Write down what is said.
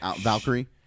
Valkyrie